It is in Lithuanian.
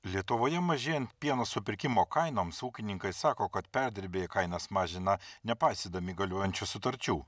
lietuvoje mažėjant pieno supirkimo kainoms ūkininkai sako kad perdirbėjai kainas mažina nepaisydami galiojančių sutarčių